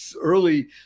early